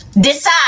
decide